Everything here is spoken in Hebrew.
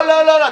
לא, לא, לא.